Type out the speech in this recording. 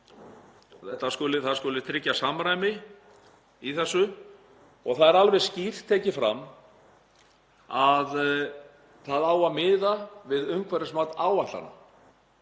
sem skuli tryggja samræmi í þessu og það er alveg skýrt tekið fram að miða eigi við umhverfismat áætlana,